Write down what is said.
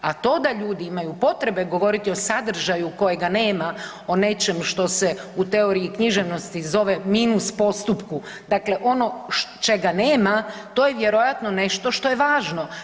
A to da ljudi imaju potrebe govoriti o sadržaju kojega nema o nečemu što se u teoriji i književnosti zove minus postupku dakle ono čega nema to je vjerojatno nešto što je važno.